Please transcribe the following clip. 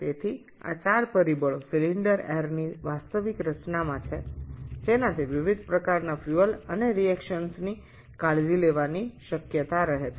সুতরাং এই চারটি জিনিস হল সিলিন্ডার গ্যাসের প্রকৃত সংমিশ্রণ এর ফলে বিভিন্ন ধরণের জ্বালানী এবং প্রতিক্রিয়াগুলির নিয়ন্ত্রণ করা সম্ভব হয়